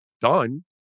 done